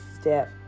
step